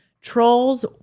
Trolls